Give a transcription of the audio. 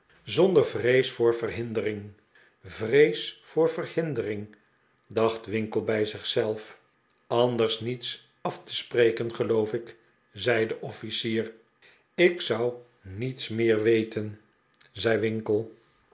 zonder vrees voor verhindering vrees voor verhindering dacht winkle bij zich zelf anders niets af te spreken geloof ik zei de officier ik zou niets meer weten zei winkle